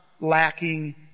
lacking